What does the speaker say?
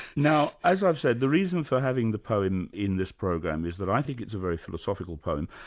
now, as i've said, the reason for having the poem in this programme is that i think it's a very philosophical poem,